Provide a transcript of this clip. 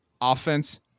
Offense